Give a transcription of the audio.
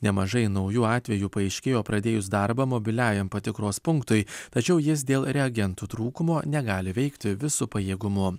nemažai naujų atvejų paaiškėjo pradėjus darbą mobiliajam patikros punktui tačiau jis dėl reagentų trūkumo negali veikti visu pajėgumu